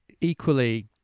equally